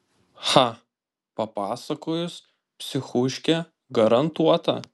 cha papasakojus psichuškė garantuota